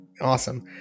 Awesome